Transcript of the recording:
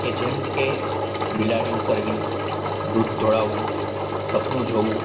કે જેમકે બિલાડી ઉતરવી દૂધ ઢોંડાવું સપનું જોવું